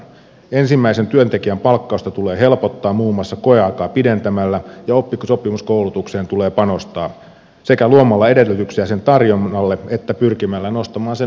ensimmäisen työntekijän palkkausta tulee helpottaa muun muassa koeaikaa pidentämällä ja oppisopimuskoulutukseen tulee panostaa sekä luomalla edellytyksiä sen tarjonnalle että pyrkimällä nostamaan sen arvostusta